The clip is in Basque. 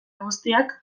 guztiak